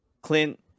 Clint